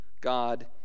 God